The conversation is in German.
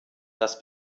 das